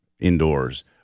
indoors